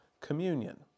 communion